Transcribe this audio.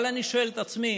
אבל אני שואל את עצמי: